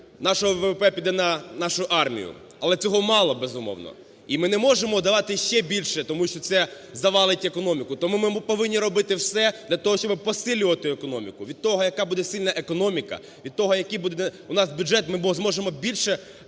нашого ВВП піде на нашу армію, але цього мало, безумовно. І ми не можемо давати ще більше, тому що це завалить економіку, тому ми повинні робити все для того, щоб посилювати економіку. Від того, яка буде сильна економіка, від того, який буде у нас бюджет ми зможемо більше